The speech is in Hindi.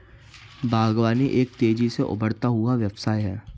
बागवानी एक तेज़ी से उभरता हुआ व्यवसाय है